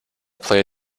play